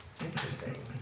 Interesting